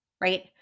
right